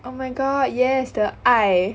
oh my god yes the 爱